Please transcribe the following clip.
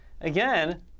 again